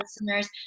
listeners